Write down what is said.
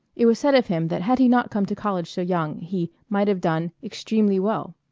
it was said of him that had he not come to college so young he might have done extremely well.